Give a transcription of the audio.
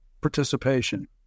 participation